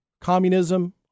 communism